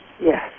Yes